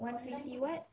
what